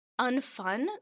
unfun